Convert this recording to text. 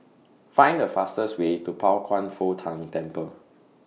Find The fastest Way to Pao Kwan Foh Tang Temple